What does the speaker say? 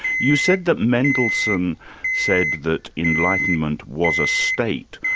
you said that mendelssohn said that enlightenment was a state.